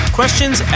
questions